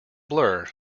blur